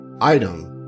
item